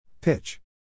Pitch